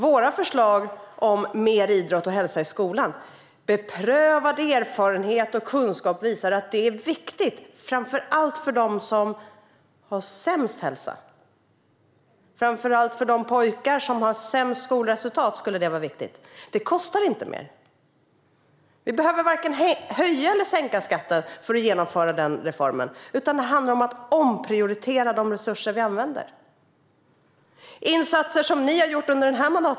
Vi föreslår mer idrott och hälsa i skolan. Beprövad erfarenhet och kunskap visar att det är viktigt, framför allt för dem med sämst hälsa och för de pojkar som har sämst skolresultat. Detta kostar inte mer. Vi behöver varken höja eller sänka skatten för att genomföra denna reform, utan det handlar om att omprioritera de resurser vi använder.